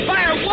Fire